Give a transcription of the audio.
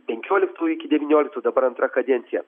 penkioliktų iki devynioliktų dabar antra kadencija